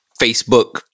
Facebook